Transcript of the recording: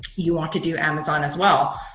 you want to do amazon as well.